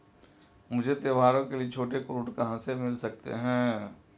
मुझे त्योहारों के लिए छोटे ऋृण कहां से मिल सकते हैं?